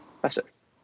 precious